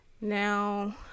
Now